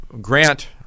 grant